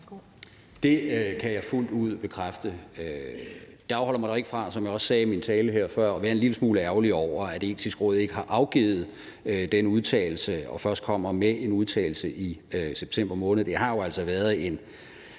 Det kan jeg fuldt ud bekræfte. Det afholder mig dog ikke fra, som jeg også sagde i min tale før, at være en lille smule ærgerlig over, at Det Etiske Råd ikke har afgivet den udtalelse og først kommer med en udtalelse i september måned. Det har jo altså været en